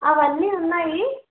అవన్నీ ఉన్నాయి